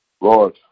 Lord